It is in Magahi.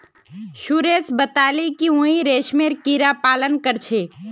सुरेश बताले कि वहेइं रेशमेर कीड़ा पालन कर छे